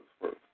first